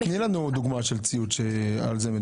תני לנו דוגמה של ציוד שעליו מדובר.